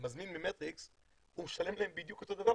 כשמזמין ממטריקס הוא משלם להם בדיוק אותו דבר,